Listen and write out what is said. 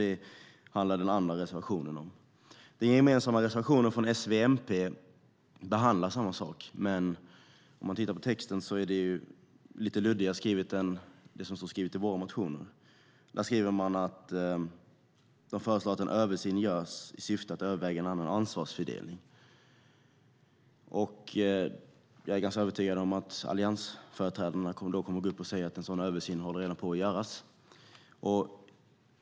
Det handlar den andra reservationen om. Den gemensamma reservationen från S, V och MP behandlar samma sak, men om man tittar på texten är den lite luddigare skriven än det som står i våra motioner. De föreslår att en översyn görs i syfte att överväga en annan ansvarsfördelning. Jag är ganska övertygad om att alliansföreträdarna kommer att säga att en sådan översyn redan pågår.